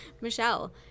Michelle